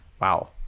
wow